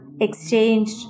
exchanged